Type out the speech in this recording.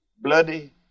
Bloody